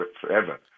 forever